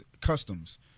customs